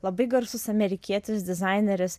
labai garsus amerikietis dizaineris